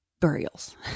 burials